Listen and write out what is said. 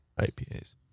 IPAs